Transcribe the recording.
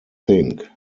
think